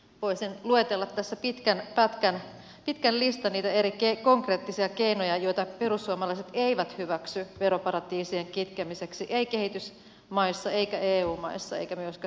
voisin luetella tässä pitkän listan niitä konkreettisia keinoja joita perussuomalaiset eivät hyväksy veroparatiisien kitkemiseksi ei kehitysmaissa eikä eu maissa eikä myöskään suomessa